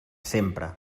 sempre